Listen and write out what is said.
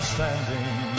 standing